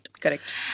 Correct